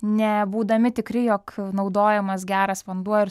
nebūdami tikri jog naudojamas geras vanduo ir